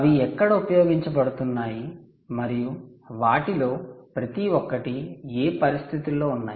అవి ఎక్కడ ఉపయోగించబడుతున్నాయి మరియు వాటిలో ప్రతి ఒక్కటి ఏ పరిస్థితుల్లో ఉన్నాయి